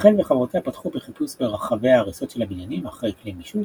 רחל וחברותיה פתחו בחיפוש ברחבי ההריסות של הבניינים אחר כלי בישול,